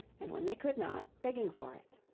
and when they could not, begging for it.